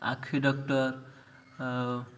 ଆଖି ଡକ୍ଟର ଆଉ